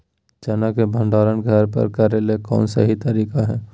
चना के भंडारण घर पर करेले कौन सही तरीका है?